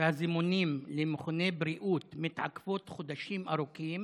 והזימונים למכוני בריאות מתעכבים חודשים ארוכים